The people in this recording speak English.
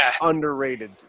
underrated